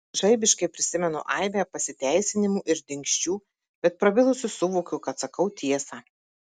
žaibiškai prisimenu aibę pasiteisinimų ir dingsčių bet prabilusi suvokiu kad sakau tiesą